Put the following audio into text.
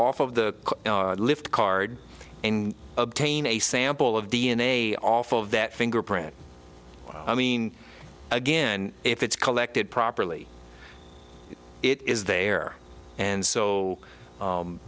off of the lift card in obtain a sample of d n a off of that fingerprint i mean again if it's collected properly it is there and so